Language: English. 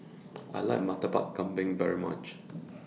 I like Murtabak Kambing very much